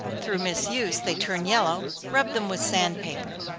through misuse, they turn yellow, rub them with sand paper.